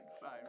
fine